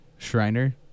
Shriner